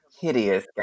Hideous